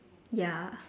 ya